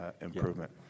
improvement